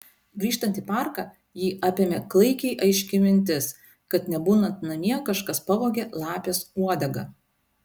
grįžtant į parką jį apėmė klaikiai aiški mintis kad nebūnant namie kažkas pavogė lapės uodegą